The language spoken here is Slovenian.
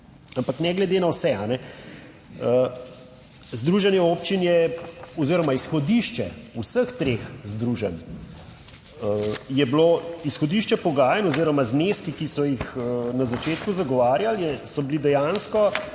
ampak ne glede na vse, Združenje občin je oziroma izhodišče vseh treh združenj, je bilo izhodišče pogajanj oziroma zneski, ki so jih na začetku zagovarjali, so bili dejansko